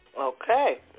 Okay